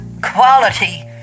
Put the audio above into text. quality